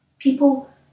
People